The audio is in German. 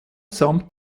samt